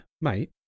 Mate